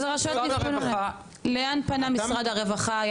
אז לאילו רשויות פנה משרד הרווחה?